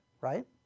right